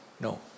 No